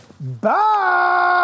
Bye